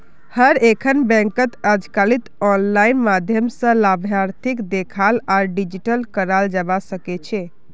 हर एकखन बैंकत अजकालित आनलाइन माध्यम स लाभार्थीक देखाल आर डिलीट कराल जाबा सकेछे